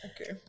Okay